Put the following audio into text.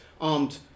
armed